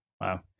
wow